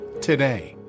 today